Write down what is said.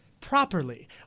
Properly